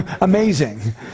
Amazing